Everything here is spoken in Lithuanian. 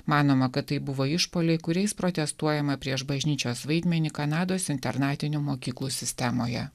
manoma kad tai buvo išpuoliai kuriais protestuojama prieš bažnyčios vaidmenį kanados internatinių mokyklų sistemoje